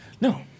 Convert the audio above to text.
No